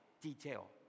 detail